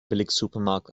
billigsupermarkt